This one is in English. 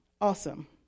Awesome